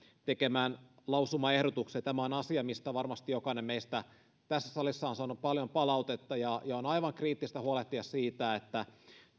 tekemään lausumaehdotukseen tämä on asia mistä varmasti jokainen meistä tässä salissa on saanut paljon palautetta ja on aivan kriittistä huolehtia siitä että